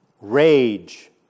Rage